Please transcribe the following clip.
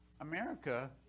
America